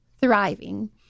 thriving